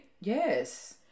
Yes